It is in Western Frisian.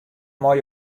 mei